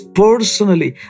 personally